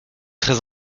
très